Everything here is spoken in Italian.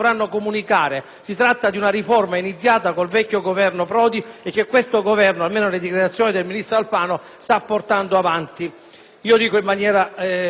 Si tratta di una riforma iniziata con il vecchio Governo Prodi e che questo Governo, almeno nelle dichiarazioni del ministro Alfano, sta portando avanti, io dico, in maniera positiva.